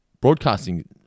broadcasting